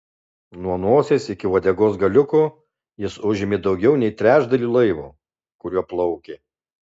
nuo nosies iki uodegos galiuko jis užėmė daugiau nei trečdalį laivo kuriuo plaukė